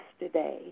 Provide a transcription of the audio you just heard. yesterday